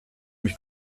mich